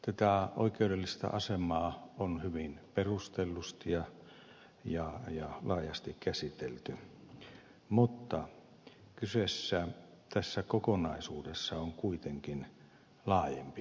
tätä oikeudellista asemaa on hyvin perustellusti ja laajasti käsitelty mutta kyseessä tässä kokonaisuudessa on kuitenkin laajempi näkökulma